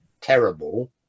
terrible